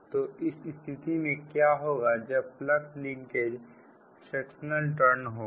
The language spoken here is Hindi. तो इस स्थिति में क्या होगा जब फ्लक्स लिंकेज फ्रेक्शनल टर्न होगा